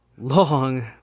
long